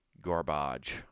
garbage